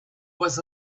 was